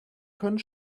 können